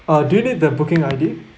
uh do you need the booking I_D